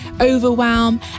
overwhelm